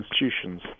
institutions